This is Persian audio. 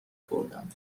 بردم